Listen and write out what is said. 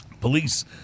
Police